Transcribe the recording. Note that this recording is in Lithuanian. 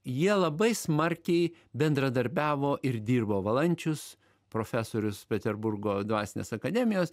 jie labai smarkiai bendradarbiavo ir dirbo valančius profesorius peterburgo dvasinės akademijos